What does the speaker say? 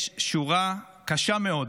יש שורה קשה מאוד